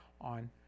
on